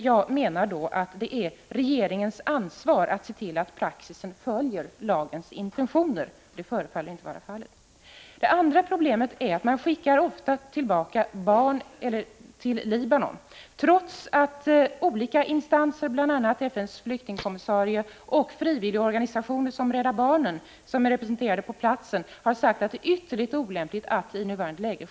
Jag menar att det är regeringens ansvar att se till att praxisen följer lagens intentioner. Detta verkar inte vara fallet. Ett annat problem som jag vill peka på är att barn ofta skickas tillbaka till Libanon trots att olika instanser, bl.a. FN:s flyktingkommissarie och frivilligorganisationer som Rädda barnen, som är representerade på platsen, har sagt att detta är ytterligt olämpligt i nuvarande läge.